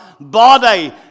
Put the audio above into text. body